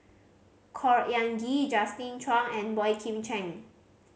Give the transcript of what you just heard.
Khor Ean Ghee Justin Zhuang and Boey Kim Cheng